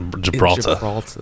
Gibraltar